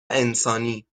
انسانی